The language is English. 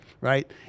Right